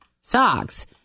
socks